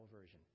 version